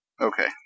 Okay